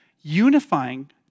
unifying